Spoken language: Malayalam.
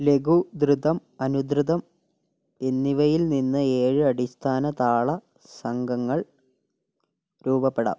ലഘു ധൃതം അനുധൃതം എന്നിവയിൽ നിന്ന് ഏഴ് അടിസ്ഥാന താള സംഘങ്ങള് രൂപപ്പെടാം